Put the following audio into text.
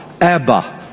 Abba